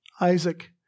Isaac